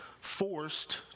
forced